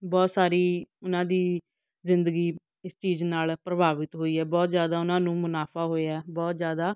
ਬਹੁਤ ਸਾਰੀ ਉਹਨਾਂ ਦੀ ਜ਼ਿੰਦਗੀ ਇਸ ਚੀਜ਼ ਨਾਲ ਪ੍ਰਭਾਵਿਤ ਹੋਈ ਹੈ ਬਹੁਤ ਜ਼ਿਆਦਾ ਉਹਨਾਂ ਨੂੰ ਮੁਨਾਫਾ ਹੋਇਆ ਬਹੁਤ ਜ਼ਿਆਦਾ